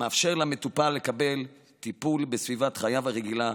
מאפשר למטופל לקבל טיפול בסביבת חייו הרגילה,